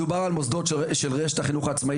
מדובר על מוסדות של רשת החינוך העצמאי